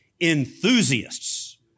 enthusiasts